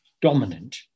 dominant